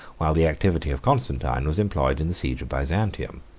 while the activity of constantine was employed in the siege of byzantium.